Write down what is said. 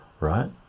right